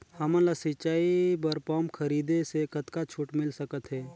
हमन ला सिंचाई बर पंप खरीदे से कतका छूट मिल सकत हे?